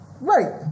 Right